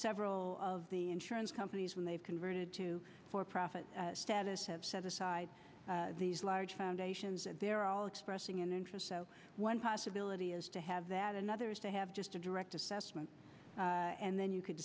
several of the insurance companies when they've converted to for profit status have set aside these large foundations and they're all expressing an interest so one possibility is to have that another is to have just a direct assessment and then you